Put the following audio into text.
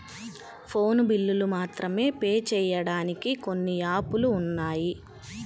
phone బిల్లులు మాత్రమే pay చెయ్యడానికి కొన్ని యాపులు ఉన్నాయి